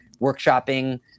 workshopping